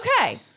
Okay